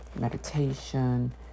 meditation